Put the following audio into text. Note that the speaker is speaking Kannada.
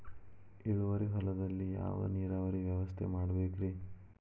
ಇಳುವಾರಿ ಹೊಲದಲ್ಲಿ ಯಾವ ನೇರಾವರಿ ವ್ಯವಸ್ಥೆ ಮಾಡಬೇಕ್ ರೇ?